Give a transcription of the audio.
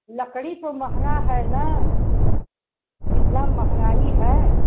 लकड़ी तो महंगा है ना कितना महंगाई है